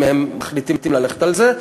אם הם מחליטים ללכת על זה.